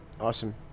Awesome